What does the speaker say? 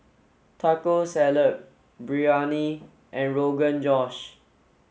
Taco Salad Biryani and Rogan Josh